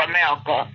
America